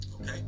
Okay